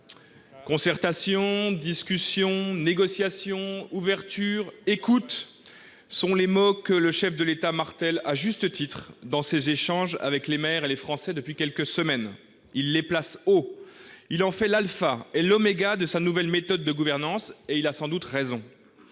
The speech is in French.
Concertation, discussion, négociation, ouverture, écoute sont les mots que le chef de l'État martèle, à juste titre, dans ses échanges avec les maires et les Français depuis quelques semaines. Il les place haut ! Il en fait l'alpha et l'oméga de sa nouvelle méthode de gouvernance, et il a sans doute raison.